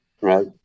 Right